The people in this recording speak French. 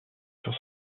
sur